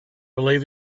believe